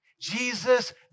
Jesus